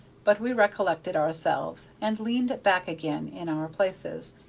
but we recollected ourselves and leaned back again in our places,